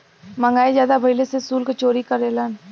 महंगाई जादा भइले से सुल्क चोरी करेलन